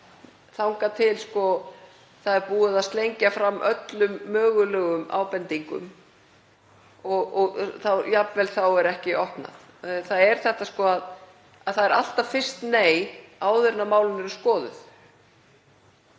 búið er að slengja fram öllum mögulegum ábendingum. Og jafnvel þá er ekki opnað. Það er alltaf fyrst „nei“ áður en málin eru skoðuð.